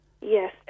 Yes